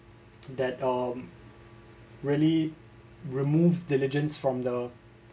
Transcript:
that um really removes diligence from the